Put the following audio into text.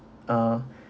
ah